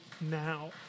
now